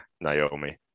Naomi